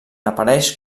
apareix